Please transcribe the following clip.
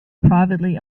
privately